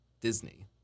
Disney